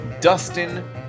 Dustin